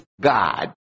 God